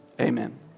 Amen